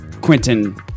Quentin